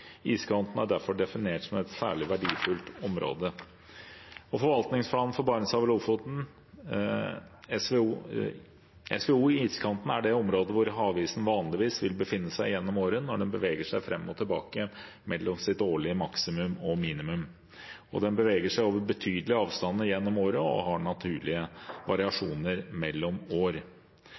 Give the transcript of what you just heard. Iskanten er derfor definert som et særlig verdifullt og sårbart område, SVO, i forvaltningsplanen for Barentshavet og Lofoten. SVO i iskanten er det området hvor havisen vanligvis vil befinne seg gjennom året når den beveger seg fram og tilbake mellom sitt årlige maksimum og minimum, og den beveger seg over betydelige avstander gjennom året og har naturlige variasjoner mellom år.